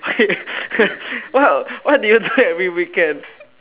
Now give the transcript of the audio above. what what do you do every weekend